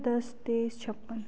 दस तीस छप्पन